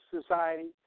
Society